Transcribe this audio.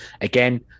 again